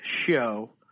show